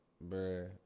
bro